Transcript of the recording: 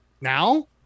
now